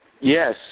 Yes